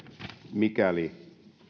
mikäli